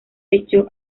echó